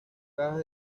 cajas